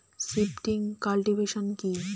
Shifting cultivation কি?